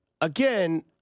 again